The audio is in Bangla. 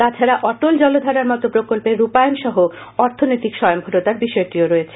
তাছাডা অটল জলধারার মতো প্রকল্পের রূপায়ণ সহ অর্থনৈতিক স্বয়স্তরতার বিষ্য়টিও রয়েছে